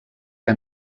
que